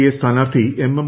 A സ്ഥാനാർഥി M M